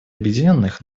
объединенных